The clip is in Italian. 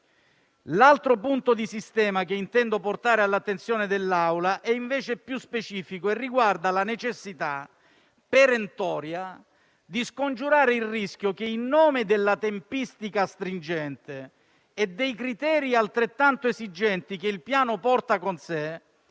L'altro punto di sistema che intendo portare all'attenzione dell'Assemblea è invece più specifico e riguarda la necessità perentoria di scongiurare il rischio che, in nome della tempistica stringente e dei criteri altrettanto esigenti che il Piano porta con sé,